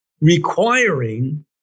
requiring